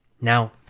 Now